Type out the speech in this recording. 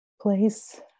place